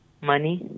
money